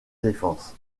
défense